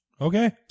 okay